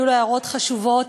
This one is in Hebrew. היו לו הערות חשובות.